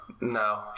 No